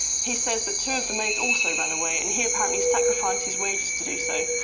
he says that two of the maids also ran away, and he apparently sacrificed his wages to do so.